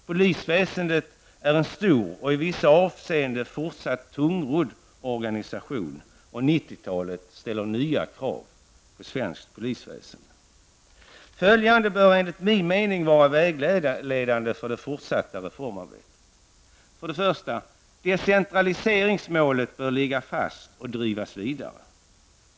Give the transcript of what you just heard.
Polisväsendet är en stor och i vissa avseenden fortfarande en tungrodd organisation. Under 90 talet ställs nya krav på det svenska polisväsendet. Följande bör enligt min mening vara vägledande för det fortsatta reformarbetet: För det första bör decentraliseringsmålet ligga fast och drivas vidare.